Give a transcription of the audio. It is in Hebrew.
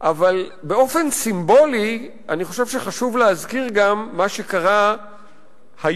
אבל באופן סימבולי אני חושב שחשוב להזכיר גם מה שקרה היום,